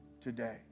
today